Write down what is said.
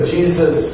Jesus